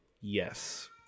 Yes